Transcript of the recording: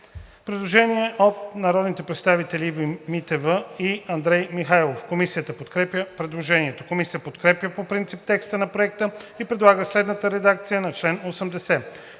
предложение на народните представители Ива Митева и Андрей Михайлов. Комисията подкрепя предложението. Комисията подкрепя по принцип текста на Проекта и предлага следната редакция на чл. 80: